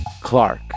Clark